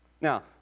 Now